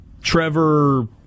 Trevor